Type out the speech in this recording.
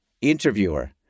Interviewer